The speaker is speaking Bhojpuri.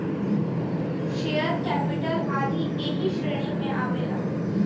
शेयर कैपिटल आदी ऐही श्रेणी में आवेला